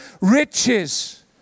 riches